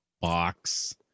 Box